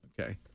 Okay